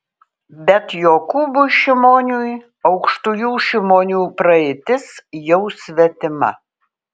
bet jokūbui šimoniui aukštųjų šimonių praeitis jau svetima